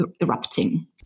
erupting